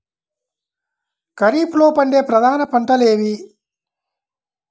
ఖరీఫ్లో పండే ప్రధాన పంటలు ఏవి?